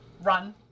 run